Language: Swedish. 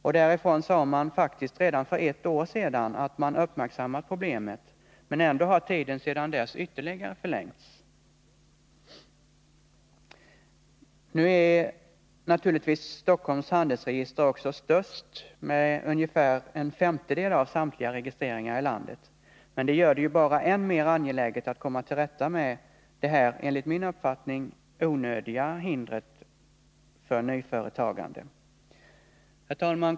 Från länsstyrelsen där sade man redan för ett år sedan att man uppmärksammat problemet, men likväl har handläggningstiderna sedan dess ytterligare förlängts. Stockholms läns handelsregister är naturligtvis störst med ungefär en femtedel av samtliga registreringar i landet. Det gör det bara än mer angeläget att komma till rätta med detta enligt min uppfattning onödiga hinder för nyföretagande. Herr talman!